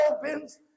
opens